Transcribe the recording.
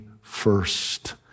first